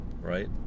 right